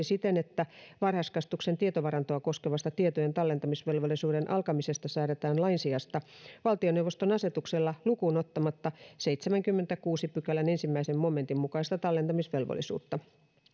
siten että varhaiskasvatuksen tietovarantoa koskevasta tietojen tallentamisvelvollisuuden alkamisesta säädetään lain sijasta valtioneuvoston asetuksella lukuun ottamatta seitsemännenkymmenennenkuudennen pykälän ensimmäisen momentin mukaista tallentamisvelvollisuutta